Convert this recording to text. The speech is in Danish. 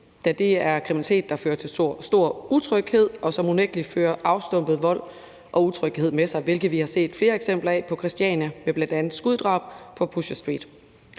da det er kriminalitet, der fører til stor utryghed, og som unægtelig fører afstumpet vold med sig, hvilket vi har set flere eksempler på på Christiania med bl.a. skuddrab i Pusherstreet.